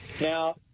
Now